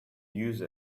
use